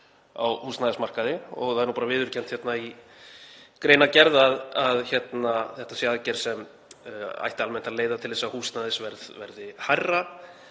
á húsnæðismarkaði og það er nú bara viðurkennt hérna í greinargerð að þetta sé aðgerð sem ætti almennt að leiða til þess að húsnæðisverð verði hærra